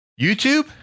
YouTube